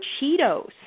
Cheetos